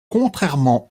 contrairement